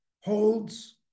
holds